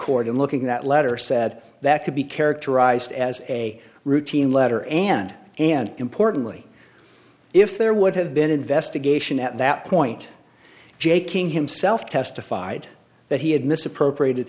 court in looking that letter said that could be characterized as a routine letter and and importantly if there would have been investigation at that point j king himself testified that he had misappropriated